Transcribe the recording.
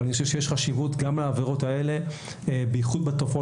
אני חושב שיש חשיבות גם לעבירות האלה במיוחד בתופעות